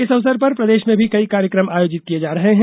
इस अवसर पर प्रदेश में भी कई कार्यक्रम आयोजित किये जा रहे हैं